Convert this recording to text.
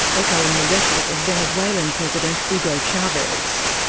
echoing the rhetoric of venezuelan president, hugo chavez.